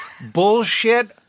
Bullshit